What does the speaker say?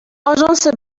آژانس